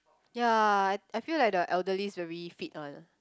ya I I feel like the elderlies very fit one ah